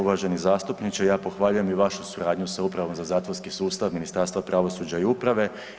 Uvaženi zastupniče, ja pohvaljujem i vašu suradnju sa Upravom za zatvorski sustav Ministarstva pravosuđa i uprave.